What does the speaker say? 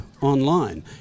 online